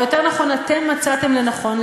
או יותר נכון אתם מצאתם לנכון,